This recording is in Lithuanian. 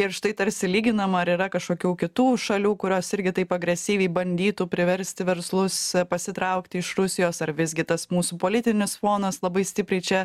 ir štai tarsi lyginama ar yra kažkokių kitų šalių kurios irgi taip agresyviai bandytų priversti verslus pasitraukti iš rusijos ar visgi tas mūsų politinis fonas labai stipriai čia